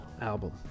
album